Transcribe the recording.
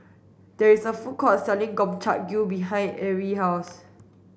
there is a food court selling Gobchang Gui behind Arielle's house